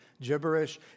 gibberish